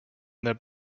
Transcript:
that